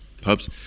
pubs